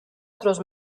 otros